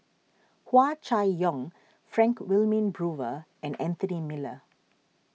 Hua Chai Yong Frank Wilmin Brewer and Anthony Miller